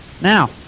Now